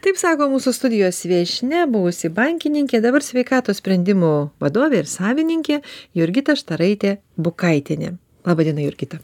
taip sako mūsų studijos viešnia buvusi bankininkė dabar sveikatos sprendimų vadovė ir savininkė jurgita štaraitė bukaitienė laba diena jurgita